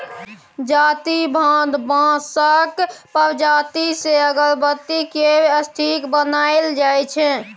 जाति भान बाँसक प्रजाति सँ अगरबत्ती केर स्टिक बनाएल जाइ छै